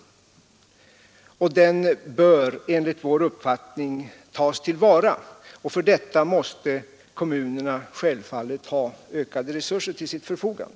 Den bör inte minst i nuvarande sysselsättningsläge enligt vår uppfattning tas till vara, och för detta måste kommunerna ha ökade resurser till sitt förfogande.